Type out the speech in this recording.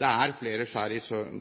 er flere skjær i sjøen.